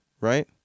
right